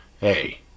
Hey